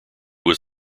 was